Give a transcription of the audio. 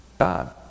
God